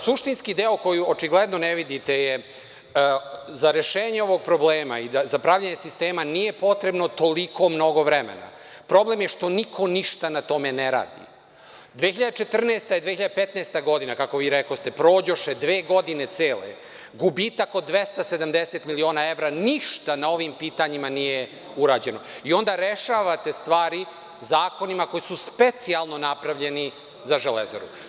Suštinski deo koji očigledno ne vidite je - za rešenje ovog problema i za pravljenje sistema nije potrebno toliko mnogo vremena, problem je što niko ništa na tome ne radi, 2014. i 2015. godina, kako vi rekoste, prođoše dve godine cele, gubitak od 270 miliona evra, ništa na ovim pitanjima nije urađeno i onda rešavate stvari zakonima koji su specijalno napravljeni za „Železaru“